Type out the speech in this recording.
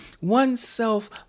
oneself